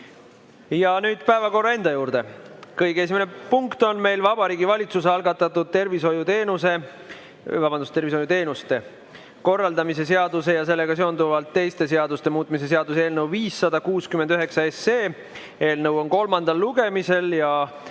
Nüüd päevakorra enda juurde. Kõige esimene punkt on meil Vabariigi Valitsuse algatatud tervishoiuteenuste korraldamise seaduse ja sellega seonduvalt teiste seaduste muutmise seaduse eelnõu 569 kolmas lugemine.